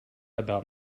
about